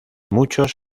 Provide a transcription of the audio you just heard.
muchos